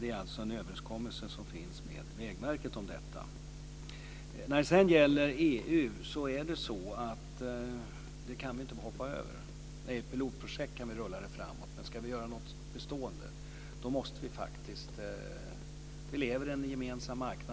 Det är en överenskommelse som finns med Vägverket om detta. EU kan vi inte hoppa över. När det är ett pilotprojekt kan vi rulla det framåt, men ska vi göra något bestående måste vi komma ihåg att vi lever i en gemensam marknad.